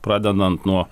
pradedant nuo